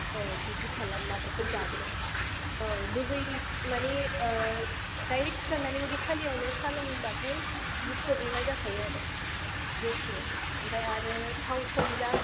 औ बिदि खालाम माबाफोर जाग्रो औ बै मानि दाइरेक्ट सिखारनानै उदै खालियावनो साहा लोंबाथाय बिदि प्रब्लेमा जाखायो आरो गेसआ ओमफ्राय आरो थाव खम जा